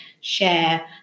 share